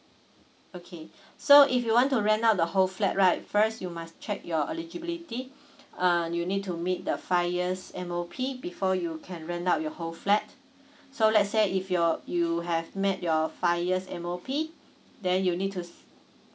okay so if you want to rent out the whole flat right first you must check your eligibility uh you need to meet the five years M O P before you can rent out your whole flat so let's say if you're you have met your five years M O P then you need to